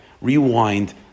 rewind